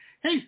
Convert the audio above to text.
Hey